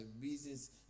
reasons